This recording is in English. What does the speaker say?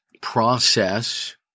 process